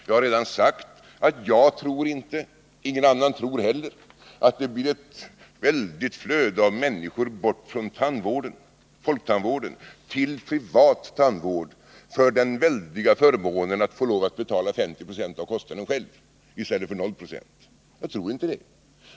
Jag har redan sagt att jag inte — och inte heller någon annan — tror att det blir ett väldigt flöde av människor bort från folktandvården till privattandvården på grund av den stora förmånen att få lov att betala 50 26 av kostnaden själv i stället för noll procent. Jag tror inte det.